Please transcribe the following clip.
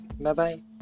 Bye-bye